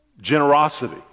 generosity